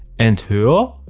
and here,